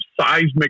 seismic